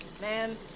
man